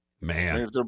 Man